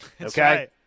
Okay